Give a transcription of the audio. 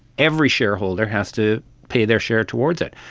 every shareholder has to pay their share towards it.